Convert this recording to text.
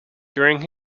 during